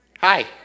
hi